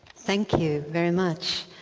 thank you very much.